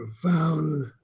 profound